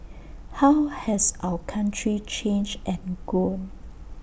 how has our country changed and grown